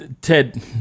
Ted